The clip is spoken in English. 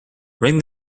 ring